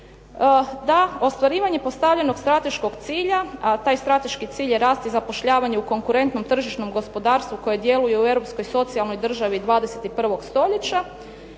da ostvarivanje postavljenog strateškog cilja, a taj strateški cilj je rast i zapošljavanje u konkurentnom tržišnom gospodarstvu koje djeluje u europskoj socijalnoj državi 21. stoljeća